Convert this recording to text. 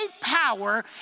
power